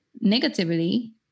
negatively